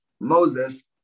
moses